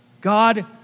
God